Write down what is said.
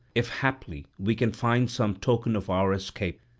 if haply we can find some token of our escape,